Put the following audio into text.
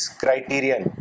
criterion